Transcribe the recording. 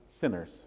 sinners